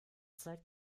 zeit